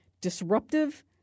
disruptive